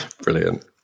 brilliant